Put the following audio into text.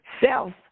self